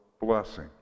blessing